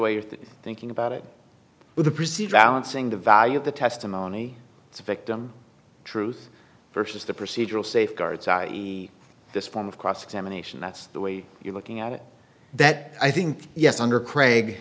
way you're thinking about it with a procedural unsing the value of the testimony it's a victim truth versus the procedural safeguards i e this form of cross examination that's the way you're looking at it that i think yes under craig